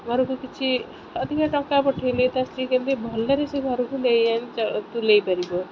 ଘରକୁ କିଛି ଅଧିକା ଟଙ୍କା ପଠାଇଲେ ତା ସ୍ତ୍ରୀ କେମିତି ଭଲରେ ସେ ଘରକୁ ନେଇ ଆଣି ତୁଲାଇ ପାରିବ